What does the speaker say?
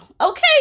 Okay